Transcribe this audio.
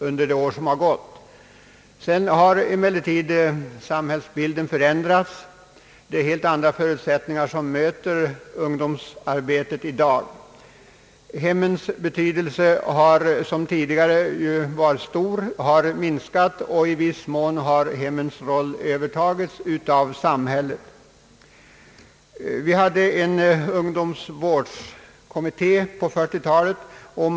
Sedan dess har emellertid samhällsbilden förändrats. Det är helt andra förutsättningar för ungdomsarbetet i dag. Hemmens betydelse, som tidigare varit stor, har minskat, och i viss mån har hemmens roll övertagits av samhället. Vi hade en ungdomsvårdskommitté på 1940-talet.